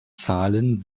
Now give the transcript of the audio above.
zahlen